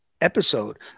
episode